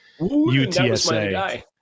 UTSA